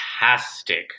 fantastic